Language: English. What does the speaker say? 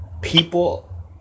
People